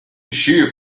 she